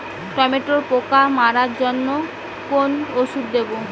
টমেটোর পোকা মারার জন্য কোন ওষুধ দেব?